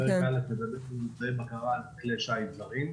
פרק א' מדבר על אמצעי בקרה על כלי שיט זרים.